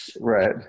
right